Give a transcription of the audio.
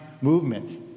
movement